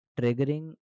triggering